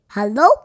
Hello